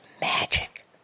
magic